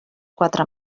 quatre